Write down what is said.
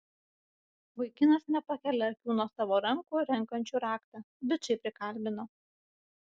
vaikinas nepakelia akių nuo savo rankų renkančių raktą bičai prikalbino